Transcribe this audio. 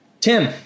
Tim